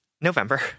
November